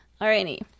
Alrighty